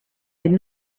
had